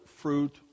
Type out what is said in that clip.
fruit